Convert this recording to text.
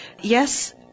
Yes